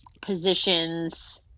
positions